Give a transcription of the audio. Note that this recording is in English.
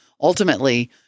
ultimately